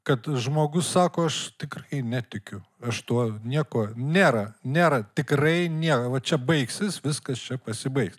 kad žmogus sako aš tikrai netikiu aš tuo nieko nėra nėra tikrai nie va čia baigsis viskas čia pasibaigs